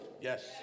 Yes